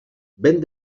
vent